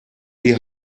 die